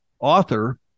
author